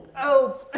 oh,